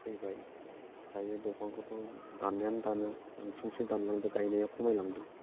फैबाय दायो दंफांखौथ' दाननायानो दानो बांसिनसो दानलांदों गायनाया खमायलांदों